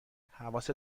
حواست